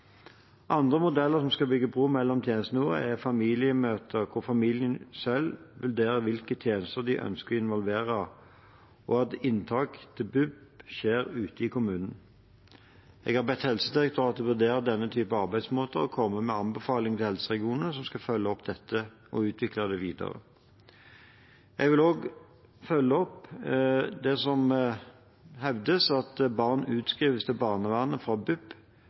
Andre modeller som skal bygge bro mellom tjenestenivåene, er familiemøter hvor familien selv vurderer hvilke tjenester de ønsker å involvere, og at inntak til BUP skjer ute i kommunene. Jeg har bedt Helsedirektoratet vurdere denne typen arbeidsmåter og komme med anbefalinger til helseregionene, som skal følge opp dette og utvikle det videre. Jeg vil også følge opp det som hevdes om at barn utskrives til barnevernet fra BUP